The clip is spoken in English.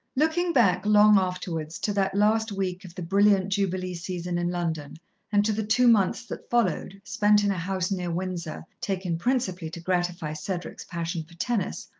looking back long afterwards, to that last week of the brilliant jubilee season in london and to the two months that followed, spent in a house near windsor, taken principally to gratify cedric's passion for tennis,